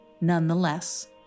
nonetheless